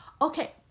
Okay